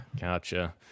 gotcha